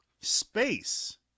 space